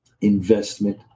investment